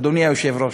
אדוני היושב-ראש.